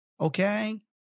Okay